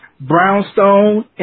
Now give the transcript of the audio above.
brownstone